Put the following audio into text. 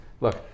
look